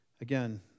Again